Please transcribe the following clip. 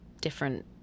different